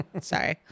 Sorry